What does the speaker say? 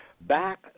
back